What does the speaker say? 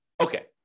Okay